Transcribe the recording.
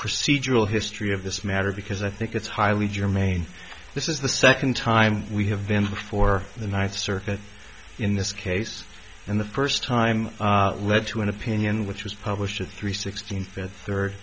procedural history of this matter because i think it's highly germane this is the second time we have been before the ninth circuit in this case and the first time led to an opinion which was published at three sixteen fifth third